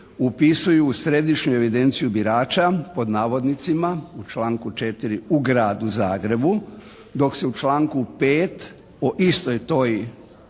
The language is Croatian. upisuju u središnju evidenciju birača pod navodnicima u članku 4. «u gradu Zagrebu». Dok se u članku 5. o istoj toj